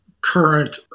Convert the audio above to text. current